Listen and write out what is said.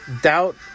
Doubt